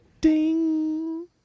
ding